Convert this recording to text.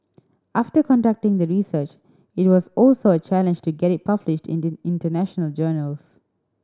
after conducting the research it was also a challenge to get it published in the international journals